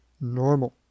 normal